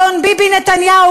אדון ביבי נתניהו,